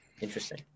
Interesting